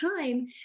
time